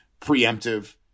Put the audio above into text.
preemptive